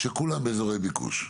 שכולן באזורי ביקוש.